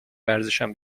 ورزشم